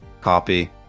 copy